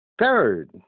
third